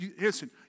listen